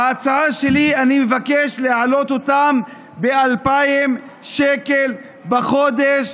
בהצעה שלי אני מבקש להעלות אותה ב-2,000 שקל בחודש,